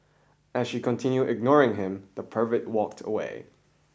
as she continued ignoring him the pervert walked away